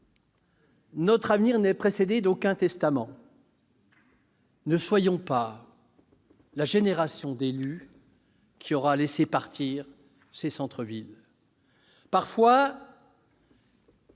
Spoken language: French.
Notre avenir n'est précédé d'aucun testament. » Ne soyons pas la génération d'élus qui aura laissé dépérir ces centres-villes. Nous